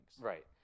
Right